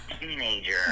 Teenager